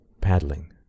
paddling